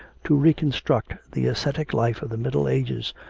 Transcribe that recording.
to reconstruct the ascetic life of the middle ages,